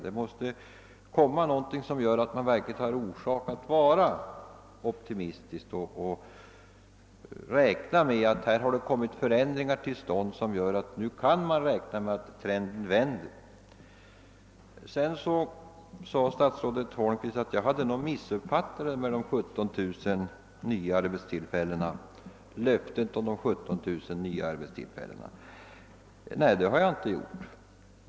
Det måste komma någonting som verkligen gör att man har orsak att vara optimistisk och räkna med att förändringar har skett som kan medföra att trenden vänder. Statsrådet Holmqvist påstod att jag hade missuppfattat löftet om 17 000 nya arbetstillfällen. Men det har jag inte gjort.